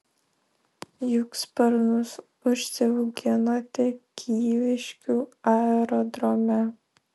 juk sparnus užsiauginote kyviškių aerodrome